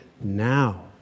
now